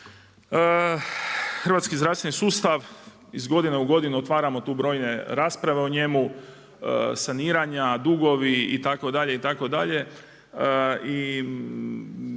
Hrvatski zdravstveni sustav iz godine u godinu otvaramo tu brojne rasprave o njemu, saniranja, dugovi itd.,